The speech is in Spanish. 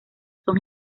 son